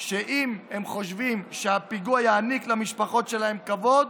שאם הם חושבים שהפיגוע יעניק למשפחות שלהם כבוד,